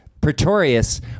Pretorius